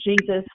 Jesus